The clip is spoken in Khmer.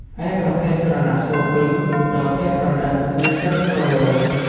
ឯប្រភេទក្រណាត់សូត្រវិញ ផ្ដល់ភាពប្រណីត និងទន់រលោង។